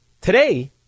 Today